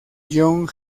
john